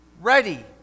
ready